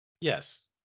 yes